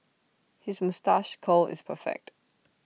his moustache curl is perfect